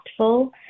impactful